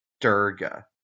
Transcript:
Durga